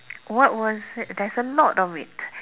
what was it there's a lot of it